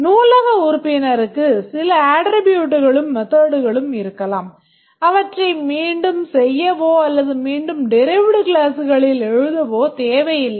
நூலக உறுப்பினருக்கு சில attributeகளும் methodகளும் இருக்கலாம் அவற்றை மீண்டும் செய்யவோ அல்லது மீண்டும் derived classகளில் எழுதவோ தேவையில்லை